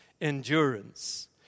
endurance